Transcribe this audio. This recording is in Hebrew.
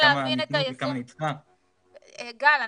כמה ניתנו וכמה --- גל,